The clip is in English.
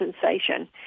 sensation